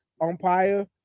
umpire